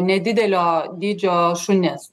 nedidelio dydžio šunis